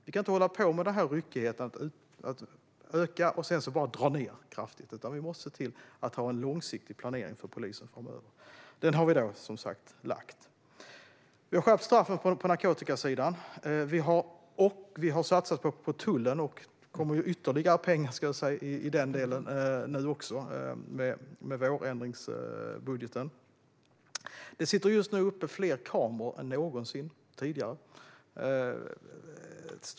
Vi kan inte hålla på med den här ryckigheten som skapas om man ökar och sedan bara drar ned kraftigt. Vi måste se till att ha en långsiktig planering för polisen framöver. Den har vi, som sagt, gjort. Vi har skärpt straffen på narkotikasidan. Vi har satsat på tullen, och det kommer ytterligare pengar i den delen nu i och med vårändringsbudgeten. Det sitter nu fler kameror uppe än någonsin tidigare.